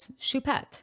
Choupette